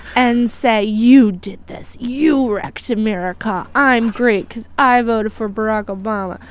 and say, you did this. you wrecked america. i'm great cause i voted for barack obama,